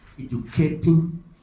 Educating